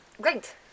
Great